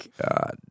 God